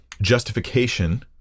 justification